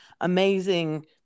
amazing